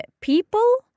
people